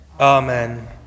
Amen